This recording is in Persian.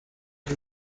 این